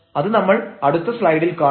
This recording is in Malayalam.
അത് നമ്മൾ അടുത്ത സ്ലൈഡിൽ കാണും